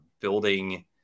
building